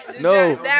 No